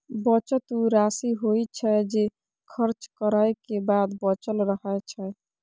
बचत ऊ राशि होइ छै, जे खर्च करै के बाद बचल रहै छै